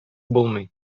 булмый